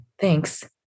Thanks